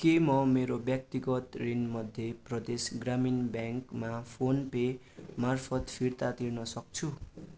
के म मेरो व्यक्तिगत ऋण मध्य प्रदेश ग्रामीण ब्याङ्कमा फोन पे मार्फत फिर्ता तिर्न सक्छु